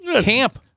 camp